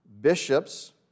bishops